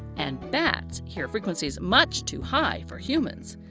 and bats hear frequencies much too high for humans.